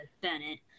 Bennett